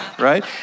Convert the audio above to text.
Right